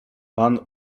pan